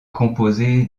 composée